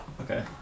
Okay